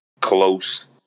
close